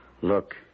look